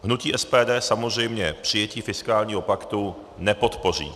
Hnutí SPD samozřejmě přijetí fiskálního paktu nepodpoří.